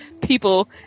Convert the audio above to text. people